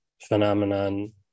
phenomenon